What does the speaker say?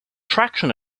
traction